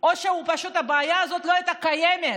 או שפשוט הבעיה הזאת לא הייתה קיימת?